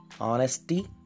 honesty